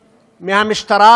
מהמשטרה,